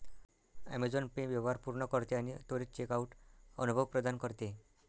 Amazon Pay व्यवहार पूर्ण करते आणि त्वरित चेकआउट अनुभव प्रदान करते